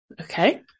Okay